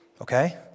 okay